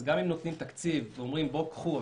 אז גם אם נותנים תקציב ואומרים קחו,